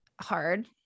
hard